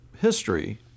history